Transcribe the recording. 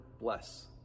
bless